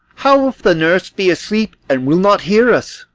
how if the nurse be asleep and will not hear us?